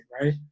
right